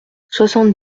soixante